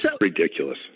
ridiculous